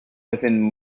within